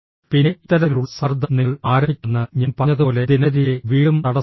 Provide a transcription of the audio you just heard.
പിന്നെ ഇത്തരത്തിലുള്ള സമ്മർദ്ദം നിങ്ങൾ ആരംഭിക്കുമെന്ന് ഞാൻ പറഞ്ഞതുപോലെ ദിനചര്യയെ വീണ്ടും തടസ്സപ്പെടുത്തും